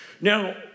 Now